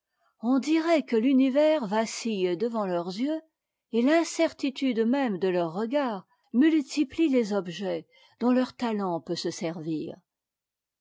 on dirait que l'univers vacille devant leurs yeux et l'incertitude même de leurs regards multiplie les objets dont leur talent peut se servir